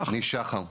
אני שחר.